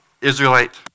Israelite